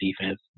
defense